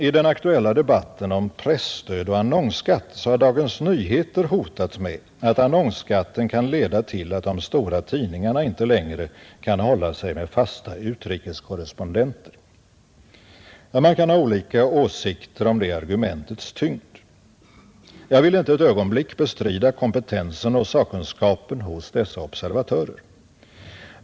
I den aktuella debatten om presstöd och annonsskatt har Dagens Nyheter hotat med att annonsskatten kan leda till att de stora tidningarna inte längre kan hålla sig med fasta utrikeskorrespondenter. Man kan ha olika åsikter om det argumentets tyngd. Jag vill inte ett ögonblick bestrida kompetensen och sakkunnigheten hos dessa observatörer.